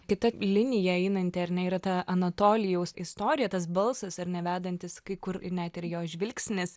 kita linija einanti ar ne yra ta anatolijaus istorija tas balsas ar ne vedantis kai kur net ir jo žvilgsnis